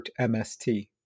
MST